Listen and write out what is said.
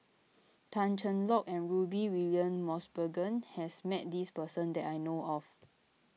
Tan Cheng Lock and Rudy William Mosbergen has met this person that I know of